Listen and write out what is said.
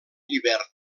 llibert